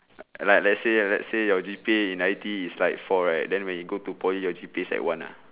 like let's say let's say your G_P_A in I_T_E is like four right then when you go to poly your G_P_A is like one uh